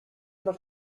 not